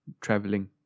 traveling